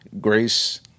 grace